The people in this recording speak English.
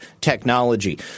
technology